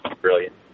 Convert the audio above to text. Brilliant